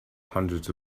hundreds